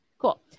Cool